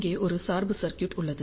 இங்கே ஒரு சார்பு சர்க்யூட் உள்ளது